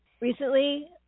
recently